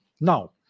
Now